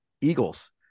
Eagles